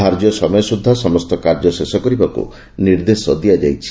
ଧାର୍ଯ୍ୟ ସମୟ ସୁଦ୍ଧା ସମସ୍ତ କାର୍ଯ୍ୟ ଶେଷ କରିବାକୁ ନିର୍ଦ୍ଦେଶ ଦିଆଯାଇଛି